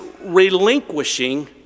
relinquishing